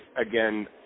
again